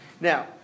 Now